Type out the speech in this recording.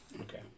Okay